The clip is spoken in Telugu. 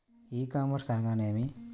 ఈ కామర్స్ అనగా నేమి?